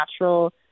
natural